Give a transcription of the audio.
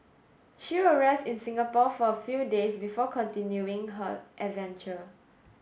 she will rest in Singapore for a few days before continuing her adventure